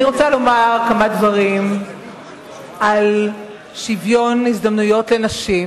אני רוצה לומר כמה דברים על שוויון הזדמנויות לנשים,